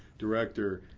director.